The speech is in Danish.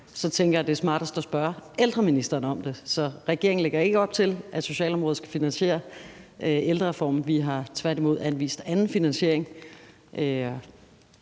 så tænker jeg, det er smartest at spørge ældreministeren om det. Så regeringen lægger ikke op til, at socialområdet skal finansiere ældrereformen. Vi har tværtimod anvist anden finansiering.